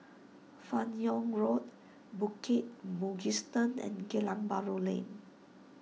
Fan Yoong Road Bukit Mugliston and Geylang Bahru Lane